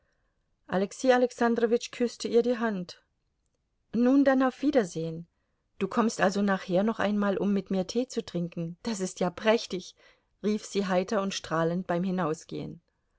alexei alexandrowitsch küßte ihr die hand nun dann auf wiedersehen du kommst also nachher noch einmal um mit mir tee zu trinken das ist ja prächtig rief sie heiter und strahlend beim hinausgehen